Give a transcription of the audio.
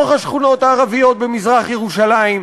גם התנחלויות בתוך השכונות הערביות במזרח-ירושלים.